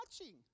watching